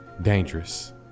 Dangerous